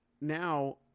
now